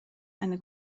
eine